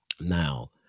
Now